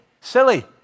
silly